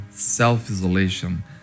self-isolation